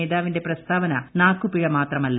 നേതാവിന്റെ പ്രസ്താവന നാക്കു പിഴ ്മാത്രമല്ല